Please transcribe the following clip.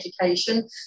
education